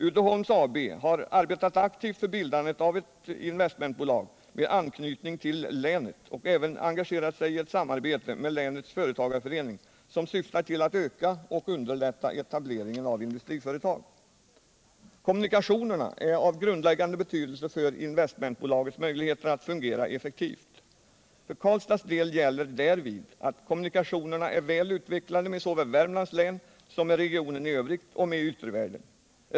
Uddeholms AB har arbetat aktivt för bildandet av ett investmentbolag med anknytning till länet och även engagerat sig i ett samarbete med länets företagarförening som syftar till att öka och underlätta etableringen av industriföretag. Kommunikationerna är av grundläggande betydelse för investmentbolagets möjligheter att fungera effektivt. För Karlstads del gäller därvid att kommunikationerna är väl utvecklade med såväl Värmlands län som med regionen i övrigt och med yttervärlden.